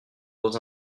dans